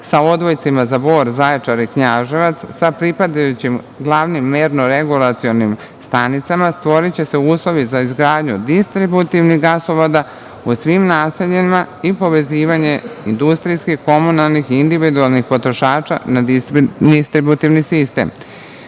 sa odvojcima za Bor, Zaječar i Knjaževac, sa pripadajućim glavnim mernoregulacionim stanicama, stvoriće se uslovi za izgradnju distributivnih gasovoda u svim naseljima i povezivanje industrijskih, komunalnih i individualnih potrošača na distributivni sistem.